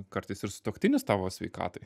kartais ir sutuoktinis tavo sveikatai